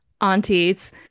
aunties